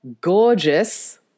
gorgeous